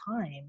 time